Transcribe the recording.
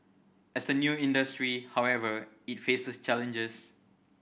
as a new industry however it faces challenges